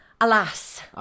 alas